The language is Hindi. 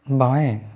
बाएँ